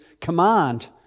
command